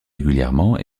régulièrement